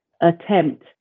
attempt